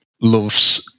loves